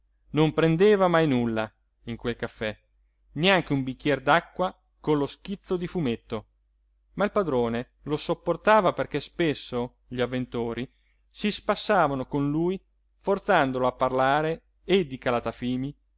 non prendeva mai nulla in quel caffè neanche un bicchier d'acqua con lo schizzo di fumetto ma il padrone lo sopportava perché spesso gli avventori si spassavano con lui forzandolo a parlare e di calatafimi